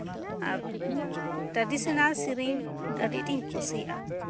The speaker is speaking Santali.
ᱟᱨ ᱴᱨᱮᱰᱤᱥᱚᱱᱟᱞ ᱥᱮᱨᱮᱧ ᱟᱹᱰᱤ ᱟᱴᱤᱧ ᱠᱩᱥᱤᱭᱟᱜᱼᱟ